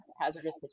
hazardous